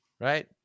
right